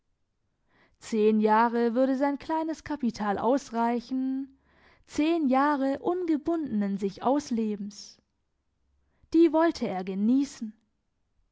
zehn jahre würde sein kleines kapital ausreichen zehn jahre ungebundenen sichauslebens die wollte er geniessen